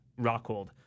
Rockhold